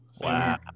Wow